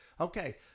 Okay